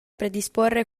predisporre